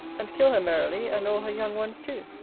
and kill her merrily, and all her young ones too.